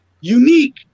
unique